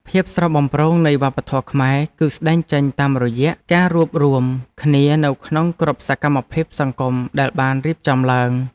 ភាពស្រស់បំព្រងនៃវប្បធម៌ខ្មែរ គឺស្តែងចេញតាមរយៈការរួបរួមគ្នានៅក្នុងគ្រប់សកម្មភាពសង្គមដែលបានរៀបចំឡើង។